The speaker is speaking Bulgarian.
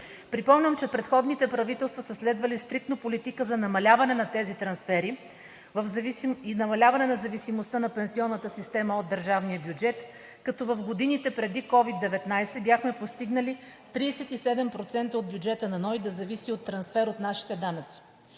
Припомням, че предходните правителства са следвали стриктно политика за намаляване на тези трансфери и намаляване на зависимостта на пенсионната система от държавния бюджет, като в годините преди COVID-19 бяхме постигнали 37% от бюджета на НОИ да зависи от трансфер от нашите данъци.